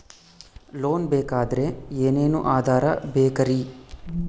Loan ಬೇಕಾದ್ರೆ ಏನೇನು ಆಧಾರ ಬೇಕರಿ?